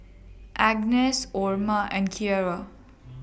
Agness Orma and Kierra